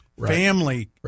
family